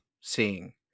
seeing